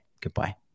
goodbye